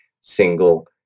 single